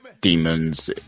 demons